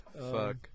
Fuck